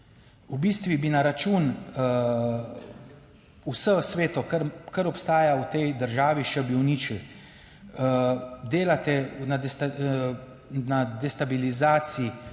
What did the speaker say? V bistvu bi na račun vse sveto, kar obstaja v tej državi, še bi uničili. Delate na destabilizaciji